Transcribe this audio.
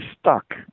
stuck